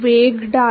वेग ढाल